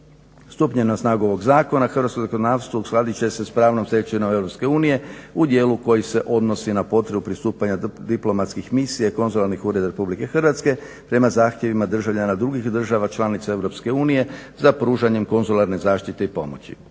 Stupanjem na snagu ovog zakona hrvatsko zakonodavstvo uskladit će se s pravnom stečevinom EU u dijelu koji se odnosi na potrebu pristupanja diplomatskih misija i konzularnih ureda RH prema zahtjevima državljana drugih država članica EU za pružanjem konzularne zaštite i pomoći.